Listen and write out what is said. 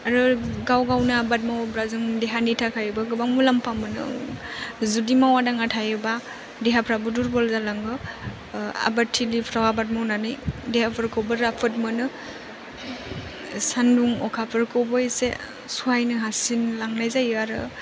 आरो गाव गावनो आबाद मावाेब्ला जोंनि देहानि थाखायबाे गोबां मुलाम्फा मोनो जुदि मावा दाङा थायोबा देहाफ्राबो दुरबल जालाङो आबाद थिलिफ्राव आबाद मावनानै देहाफोरखौबो राफोद मोनो सान्दुं अखाफोरखौबो एसे सहायनो हासिनलांनाय जायो आरो